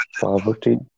poverty